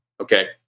okay